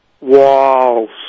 walls